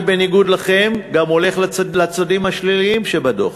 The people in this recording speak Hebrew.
אני, בניגוד לכם, גם הולך לצדדים השליליים שבדוח.